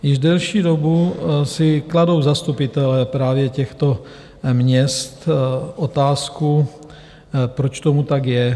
Již delší dobu si kladou zastupitelé právě těchto měst otázku, proč tomu tak je.